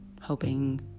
hoping